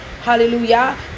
Hallelujah